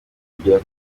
kugera